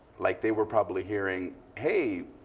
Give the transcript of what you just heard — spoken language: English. like they were probably hearing, hey,